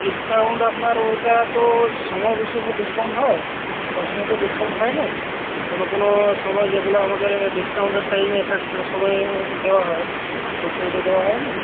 discount আপনার ওটা তো সময় বিশেষে ডিসকাউন্ট হয় সব সমায় তো ডিসকাউন্ট হয় নে কোনো কোনো সময় যেগুলো আমাদের ডিসকাউন্টের টাইমে এক এক সময়ে দেওয়া হয় সব সমায় তো দেওয়া হয় না